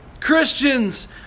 Christians